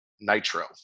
Nitro